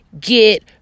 get